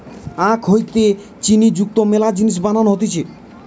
আখ হইতে চিনি যুক্ত মেলা জিনিস বানানো হতিছে